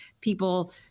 people